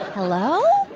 hello?